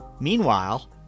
Meanwhile